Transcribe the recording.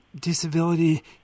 Disability